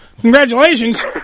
Congratulations